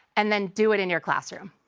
and then do it in your classroom.